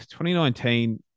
2019